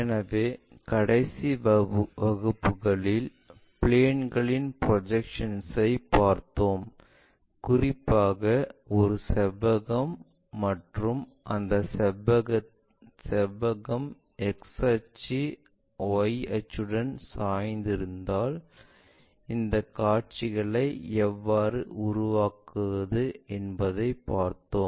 எனவே கடைசி வகுப்புகளில் பிளேன்களின் ப்ரொஜெக்ஷன்ஸ் ஐ பார்த்தோம் குறிப்பாக ஒரு செவ்வகம் மற்றும் அந்த செவ்வகம் X அச்சு Y அச்சுடன் சாய்ந்திருந்தாள் இந்த காட்சிகளை எவ்வாறு உருவாக்குவது என்பதைப் பார்த்தோம்